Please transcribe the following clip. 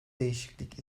değişiklik